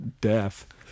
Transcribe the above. death